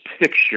picture